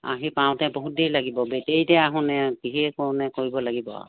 আহি পাওঁতে বহুত দেৰি লাগিব বেটেৰীতে আহোনে কিয়ে কৰোনে কৰিব লাগিব আৰু